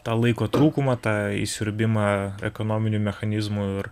tą laiko trūkumą tą įsiurbimą ekonominių mechanizmų ir